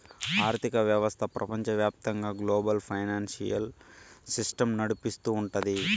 ఆర్థిక వ్యవస్థ ప్రపంచవ్యాప్తంగా గ్లోబల్ ఫైనాన్సియల్ సిస్టమ్ నడిపిస్తూ ఉంటది